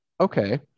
Okay